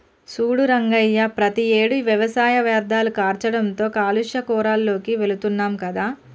సూడు రంగయ్య ప్రతియేడు వ్యవసాయ వ్యర్ధాలు కాల్చడంతో కాలుష్య కోరాల్లోకి వెళుతున్నాం కదా